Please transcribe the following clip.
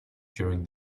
during